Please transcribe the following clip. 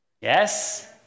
yes